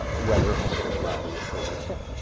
ah whether homosexuality is the same